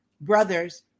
brothers